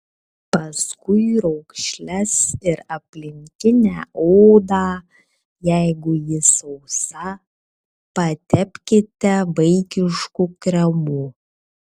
paskui raukšles ir aplinkinę odą jeigu ji sausa patepkite vaikišku kremu